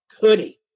hoodie